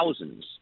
thousands